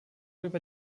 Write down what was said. über